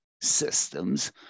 systems